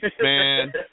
Man